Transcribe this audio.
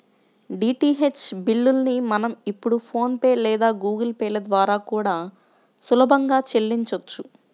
DTH బిల్లుల్ని మనం ఇప్పుడు ఫోన్ పే లేదా గుగుల్ పే ల ద్వారా కూడా సులభంగా చెల్లించొచ్చు